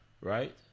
right